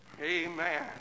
Amen